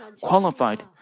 qualified